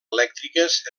elèctriques